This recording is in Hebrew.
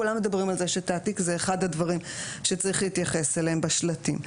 כולם מדברים על זה שתעתיק זה אחד הדברים שצריך להתייחס אליהם בשלטים.